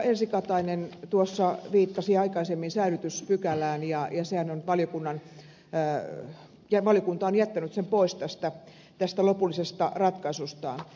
elsi katainen tuossa viittasi aikaisemmin säilytyspykälään ja valiokunta on jättänyt sen pois tästä lopullisesta ratkaisustaan